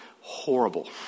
Horrible